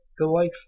delightful